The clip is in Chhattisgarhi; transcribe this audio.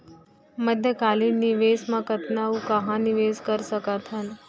मध्यकालीन निवेश म कतना अऊ कहाँ निवेश कर सकत हन?